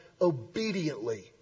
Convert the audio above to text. obediently